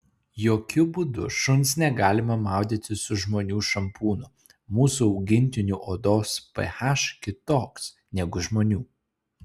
jokiu būdu šuns negalima maudyti su žmonių šampūnu mūsų augintinių odos ph kitoks negu žmonių